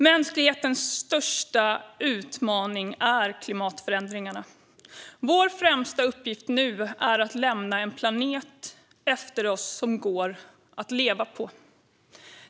Mänsklighetens största utmaning är klimatförändringarna. Vår främsta uppgift nu är att lämna en planet efter oss som går att leva på.